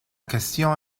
question